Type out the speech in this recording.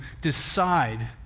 decide